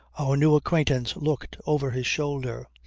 our new acquaintance looked over his shoulder.